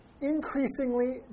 increasingly